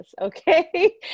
Okay